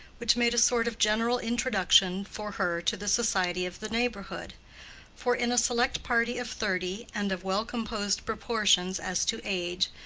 which made a sort of general introduction for her to the society of the neighborhood for in a select party of thirty and of well-composed proportions as to age,